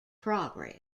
progress